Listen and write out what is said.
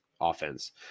offense